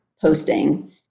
posting